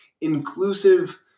inclusive